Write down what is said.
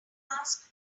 ask